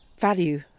value